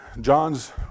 John's